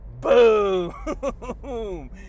boom